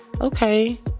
okay